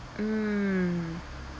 mm